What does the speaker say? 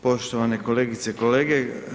Poštovani kolegice i kolege.